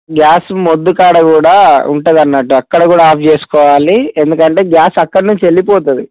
gas మొద్దు కాడ కూడా ఉంటుందన్నట్టు అక్కడ కూడా ఆఫ్ చేసుకోవాలి ఎందుకంటే గ్యాస్ అక్కడ నుంచి వెళ్ళిపోతుంది